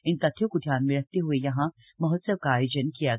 इन तथ्यों को ध्यान में रखते हुए यहां महोत्सव का आयोजन किया गया